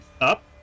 up